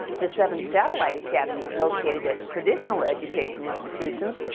the seven satellite academies located at traditional education institutions,